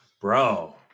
bro